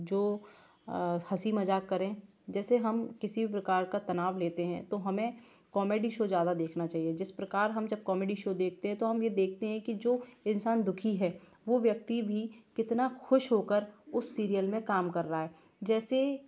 जो हंसी मज़ाक करें जैसे हम किसी प्रकार का तनाव लेते हैं तो हमें कॉमेडी शो ज़्यादा देखना चाहिए जिस प्रकार हम सब कॉमेडी शो देखते हैं तो हम देखते हैं कि जो इंसान दुखी है वो व्यक्ति भी कितना ख़ुश हो कर उस सीरियल में काम कर रहा है जैसे